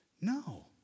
No